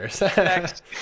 Next